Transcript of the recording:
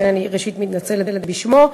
לכן, ראשית, אני מתנצלת בשמו.